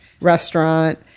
restaurant